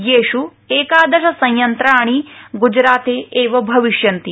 येष् एकादश संयंत्राणि गुजराते एव भविष्यन्ति